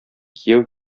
кияү